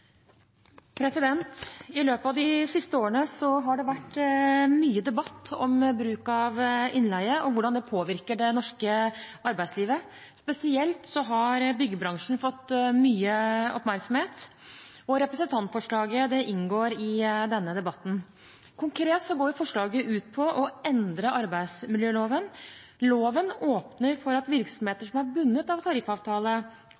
landet. I løpet av de siste årene har det vært mye debatt om bruk av innleie og hvordan det påvirker det norske arbeidslivet. Spesielt har byggebransjen fått mye oppmerksomhet, og representantforslaget inngår i denne debatten. Konkret går forslaget ut på å endre arbeidsmiljøloven. Loven åpner for at